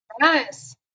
Nice